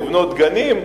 לבנות גנים.